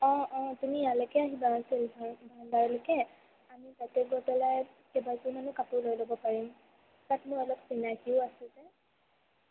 অঁ অঁ তুমি ইয়ালৈকে আহিবা চিল্ক ঘৰ ভাণ্ডাৰলৈকে আমি তাতে গৈ পেলাই কেইবাযোৰ মানো কাপোৰ লৈ ল'ব পাৰিম তাত মোৰ অলপ চিনাকিও আছে যে